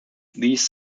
these